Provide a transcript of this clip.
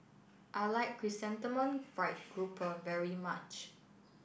I like Chrysanthemum Fried Grouper very much